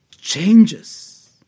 changes